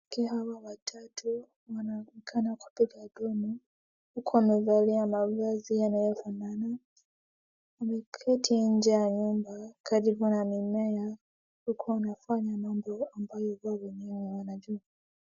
Wanawake hawa watatu wanaonekana kupiga dumu huku wamevalia mavazi yanayofanana wameketi nje ya nyumba karibu na mimiea huku wanafanya mambo ambayo wao wenyewe wanajua.